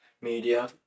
Media